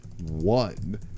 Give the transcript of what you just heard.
One